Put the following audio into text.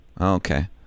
Okay